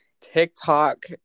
TikTok